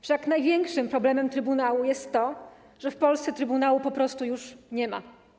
Wszak największym problemem trybunału jest to, że w Polsce trybunału po prostu już nie ma.